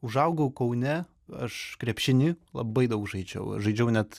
užaugau kaune aš krepšinį labai daug žaidžiau aš žaidžiau net